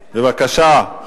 בבקשה.